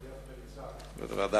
דרך מליצה.